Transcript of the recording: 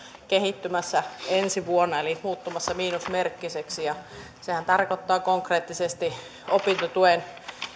kehittymässä ensi vuonna eli muuttumassa miinusmerkkiseksi ja sehän tarkoittaa konkreettisesti opintotuen